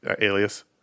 Alias